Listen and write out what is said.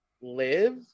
live